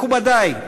מכובדי,